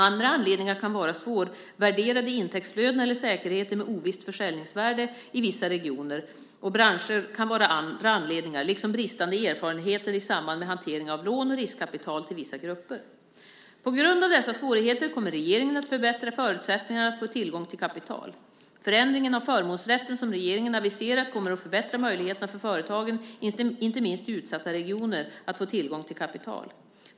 Andra anledningar kan vara svårvärderade intäktsflöden eller säkerheter med ovisst försäljningsvärde i vissa regioner och branscher liksom bristande erfarenheter i samband med hanteringen av lån och riskkapital till vissa grupper. På grund av dessa svårigheter kommer regeringen att förbättra förutsättningarna att få tillgång till kapital. Förändringen av förmånsrätten som regeringen aviserat kommer att förbättra möjligheterna för företagen, inte minst i utsatta regioner, att få tillgång till kapital.